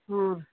ಹ್ಞೂ